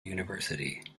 university